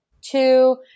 two